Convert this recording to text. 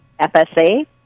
fsa